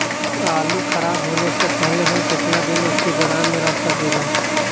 आलूखराब होने से पहले हम केतना दिन वोके गोदाम में रख सकिला?